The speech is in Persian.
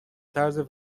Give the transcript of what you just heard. طرز